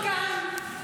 אסור לו לקרוא לנו כך.